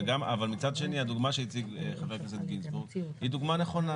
אבל מצד שני הדוגמה שהציג חבר הכנסת גינזבורג היא דוגמה נכונה.